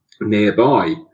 nearby